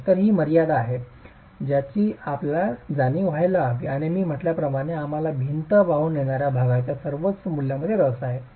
तर ही मर्यादा आहे ज्याची आपल्याला जाणीव व्हायला हवी आणि मी म्हटल्याप्रमाणे आम्हाला भिंत वाहून नेणा भाराच्या सर्वोच्च मूल्यामध्ये रस आहे